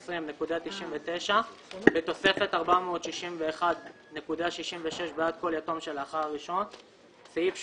720.99 בתוספת 461.66 בעד כל יתום שלאחר הראשון סעיף 8(ד)